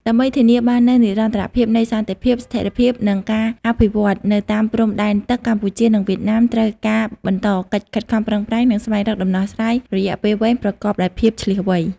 ដើម្បីធានាបាននូវនិរន្តរភាពនៃសន្តិភាព ស្ថិរភាព និងការអភិវឌ្ឍន៍នៅតាមព្រំដែនទឹក កម្ពុជា និងវៀតណាម ត្រូវការបន្តកិច្ចខិតខំប្រឹងប្រែង និងស្វែងរកដំណោះស្រាយរយៈពេលវែងប្រកបដោយភាពឈ្លាសវៃ។